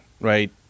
right